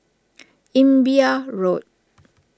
Imbiah Road